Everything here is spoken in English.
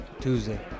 Tuesday